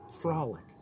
frolic